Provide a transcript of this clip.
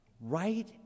right